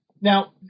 Now